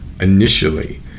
initially